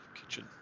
kitchen